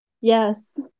Yes